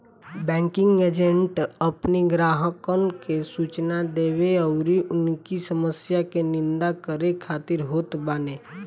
banking agent अपनी ग्राहकन के सूचना देवे अउरी उनकी समस्या के निदान करे खातिर होत बाने